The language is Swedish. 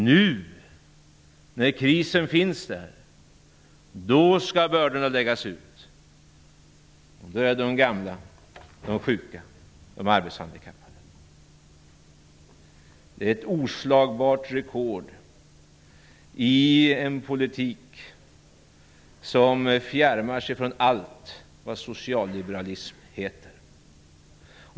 Nu, när krisen finns där, skall bördorna läggas ut -- på de gamla, de sjuka, de arbetshandikappade. Det är ett oslagbart rekord i en politik som fjärmar sig från allt vad socialliberalism heter.